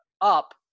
up